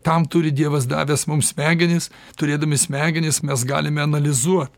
tam turi dievas davęs mums smegenis turėdami smegenis mes galime analizuot